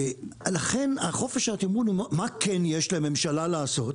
לכן, חופש התמרון, מה כן יש לממשלה לעשות?